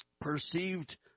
perceived